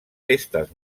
festes